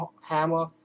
Hammer